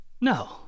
No